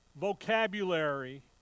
vocabulary